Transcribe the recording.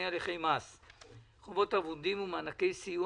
הליכי מס (הוראת שעה נגיף הקורונה החדש),